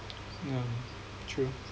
yeah true